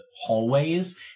hallways